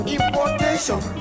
Importation